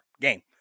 game